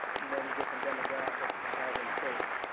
many different demographics and how they search.